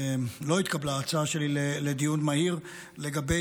לא התקבלה ההצעה שלי לדיון מהיר לגבי